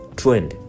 trend